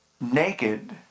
naked